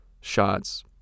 shots